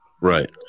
Right